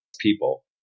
people